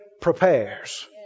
prepares